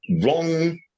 wrong